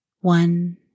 one